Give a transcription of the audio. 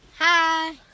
Hi